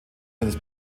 seines